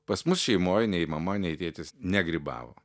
pas mus šeimoj nei mama nei tėtis negrybavo